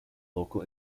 local